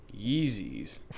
Yeezys